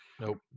Nope